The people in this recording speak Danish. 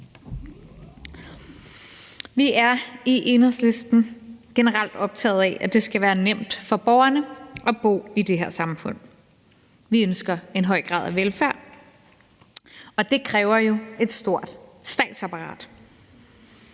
Vi er i Enhedslisten generelt optagede af, at det skal være nemt for borgerne at bo i det her samfund. Vi ønsker en høj grad af velfærd, og det kræver jo et stort statsapparat.